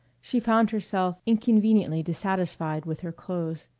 she found herself inconveniently dissatisfied with her clothes.